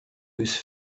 whose